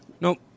Nope